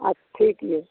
अब ठीक ही है